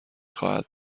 خواهد